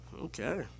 Okay